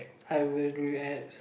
I will